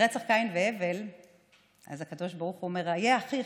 ברצח קין והבל הקדוש ברוך הוא אומר: איה אחיך?